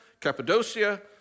Cappadocia